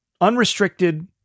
unrestricted